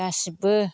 गासिबो